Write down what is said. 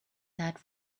that